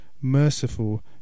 merciful